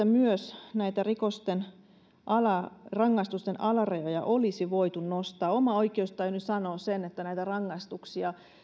myös näitä rikosten rangaistusten alarajoja olisi voitu nostaa oma oikeustajuni sanoo sen että näitä rangaistuksia